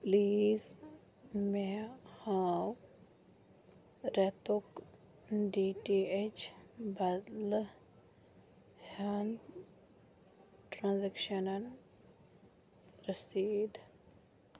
please مےٚ ہاو رٮ۪تُک ڈی ٹی اٮ۪چ بَدلہٕ ہُنٛد ٹرٛانزٮ۪کشَنَن رٔسیٖد